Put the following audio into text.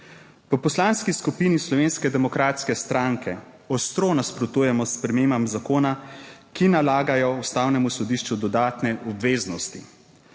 V Poslanski skupini Slovenske demokratske stranke ostro nasprotujemo spremembam zakona, ki nalagajo Ustavnemu sodišču dodatne obveznosti.